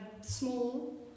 small